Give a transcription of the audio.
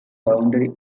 boundary